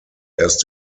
erst